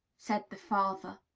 said the father.